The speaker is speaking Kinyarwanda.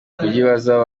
kubyibazaho